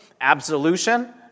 absolution